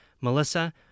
Melissa